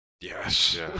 Yes